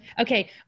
Okay